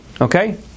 Okay